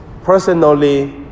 Personally